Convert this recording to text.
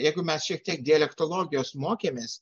jeigu mes šiek tiek dialektologijos mokėmės